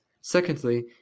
Secondly